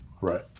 right